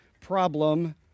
problem